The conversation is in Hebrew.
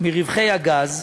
מרווחי הגז,